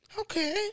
Okay